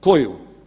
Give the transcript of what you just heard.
Koju?